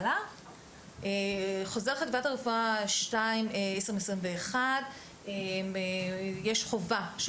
חוזר חטיבת הרפואה 2/2021 יש חובה של